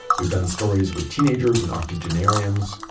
we've done stories with teenagers and octogenarians,